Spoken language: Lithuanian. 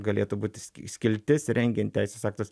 galėtų būti s skiltis rengiant teisės aktus